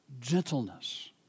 Gentleness